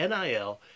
NIL